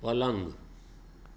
પલંગ